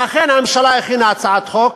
אכן הממשלה הכינה הצעת חוק,